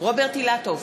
רוברט אילטוב,